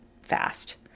fast